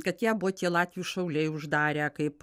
kad ją buvo tie latvių šauliai uždarę kaip